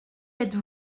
êtes